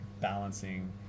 balancing